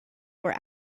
were